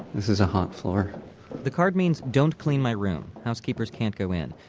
this is a hot floor the card means don't clean my room housekeepers can't go in.